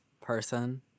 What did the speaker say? person